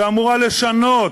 שאמורה לשנות.